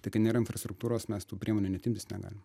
tai kai nėra infrastruktūros mes tų priemonių net imtis negalim